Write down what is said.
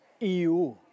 EU